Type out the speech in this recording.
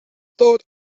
thought